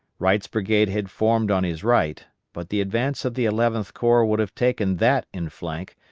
wright's brigade had formed on his right, but the advance of the eleventh corps would have taken that in flank,